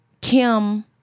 Kim